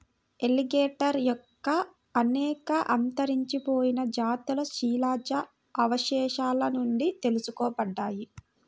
alligator యొక్క అనేక అంతరించిపోయిన జాతులు శిలాజ అవశేషాల నుండి తెలుసుకోబడ్డాయి